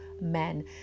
men